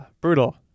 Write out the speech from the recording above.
Brutal